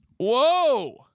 Whoa